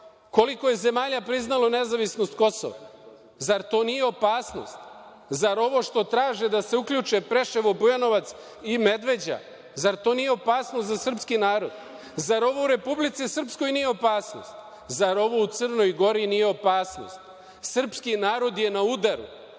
Koliko je zemalja priznalo nezavisnost Kosova, zar to nije opasnost. Zar ovo što traže da se uključe Preševo, Bujanovac i Medveđa, zar to nije opasnost za srpski narod? Zar ovo u Republici Srpskoj nije opasnost? Zar ovo u Crnoj Gori nije opasnost? Srpski narod je na udaru,